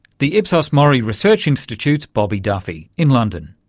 the ipsos mori research institute's bobby duffy in london.